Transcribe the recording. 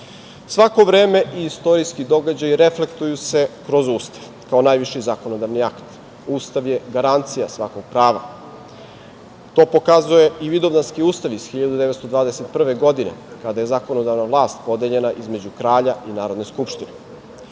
vreme i istorijski događaji reflektuju se kroz ustav kao najviši zakonodavni akt. Ustav je garancija svakog prava. To pokazuje i Vidovdanski ustav iz 1921. godine, kada je zakonodavna vlast podeljena između kralja i Narodne skupštine. Kroz